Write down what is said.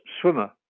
swimmer